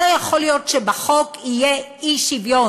לא יכול להיות שבחוק יהיה אי-שוויון,